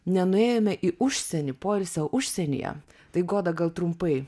nenuėjome į užsienį poilsio užsienyje tai goda gal trumpai